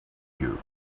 you